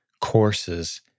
courses